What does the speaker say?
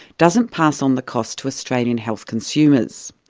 doesn't pass on the cost to australian health consumers.